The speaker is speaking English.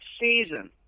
season